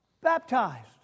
baptized